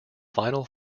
final